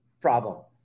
problem